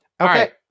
okay